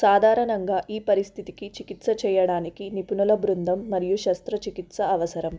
సాధారణంగా ఈ పరిస్థితికి చికిత్స చేయడానికి నిపుణుల బృందం మరియు శస్త్రచికిత్స అవసరం